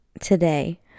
today